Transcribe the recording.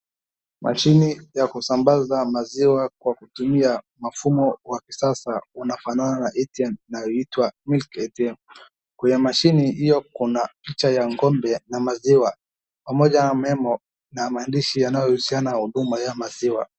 Mashini ya kusambaza maziwa ambapo kun picha ya ngombe.